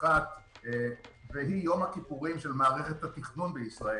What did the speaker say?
האחת היא יום הכיפורים של מערכת התכנון בישראל,